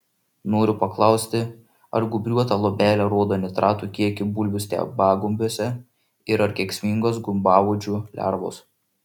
noriu paklausti ar gūbriuota luobelė rodo nitratų kiekį bulvių stiebagumbiuose ir ar kenksmingos gumbauodžių lervos